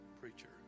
preacher